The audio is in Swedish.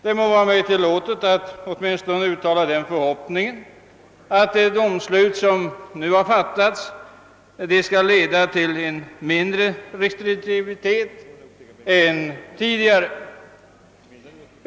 Det må vara mig tillåtet att åtminstone uttala förhoppningen, att det domslut som nu avkunnats skall leda till en mindre restriktiv hållning än tidigare.